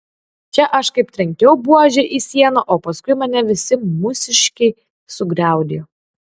čia aš kaip trenkiau buože į sieną o paskui mane visi mūsiškiai sugriaudėjo